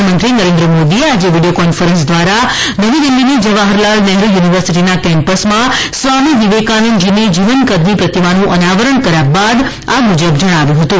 પ્રધાનમંત્રી નરેન્દ્ર મોદીએ આજે વિડિયો કોન્ફરન્સ દ્વારા નવી દિલ્ફીની જવાહરલાલ નેહરૂ યુનિવર્સિટીના કેમ્પસમાં સ્વામી વિવેકાનંદની જીવનકદની પ્રતિમાનું અનાવરણ કર્યા બાદ આ મુજબ જણાવ્યું હતું